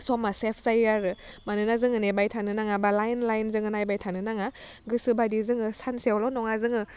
समआ सेफस जायो आरो मानोना जोङो नेबाय थानो नाङा बा लाइन लाइन जोङो नाइबाय थानो नाङा गोसोबादि जोङो सानसेयावल' नङा जोङो